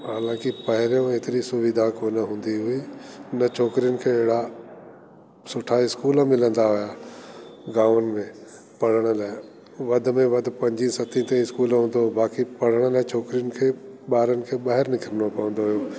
हालाकि पहरियों एतिरी सुविधा कोन हूंदी हुई न छोकरिन खे एढ़ा सुठा स्कूल मिलंदा हुया गांवन में पढ़न लाए वधि में वधि पंजी सतीं ताईं स्कूल हूंदो बाकि पढ़ण में छोकरिन खे ॿारन खे ॿाहिर निकरणो पवंदो हो